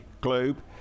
globe